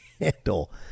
handle